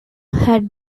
had